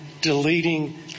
deleting